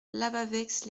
lavaveix